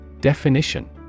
Definition